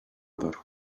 about